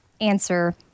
answer